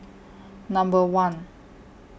Number one